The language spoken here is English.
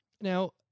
Now